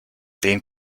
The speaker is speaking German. den